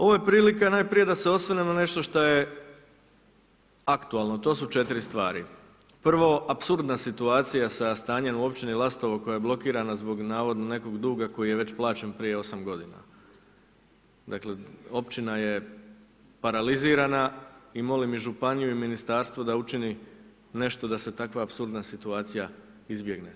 Ovo je prilika najprije, da se osvrnem na nešto što je aktualno, to su 4 stvari, prvo apsurdna situacija sa stanjem u općini Lastovo, koja j blokirana, zbog navodno nekog duga, koji je već plaćen prije 8 g. Dakle, općina je paralizirana i molim i županiju i ministarstvo da učini, nešto da se takva apsurdna situacija izbjegne.